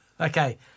okay